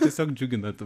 tiesiog džiugina ta